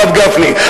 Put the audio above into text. הרב גפני,